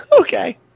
okay